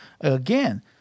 Again